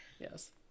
yes